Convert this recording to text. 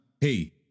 hey